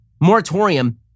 moratorium